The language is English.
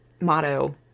motto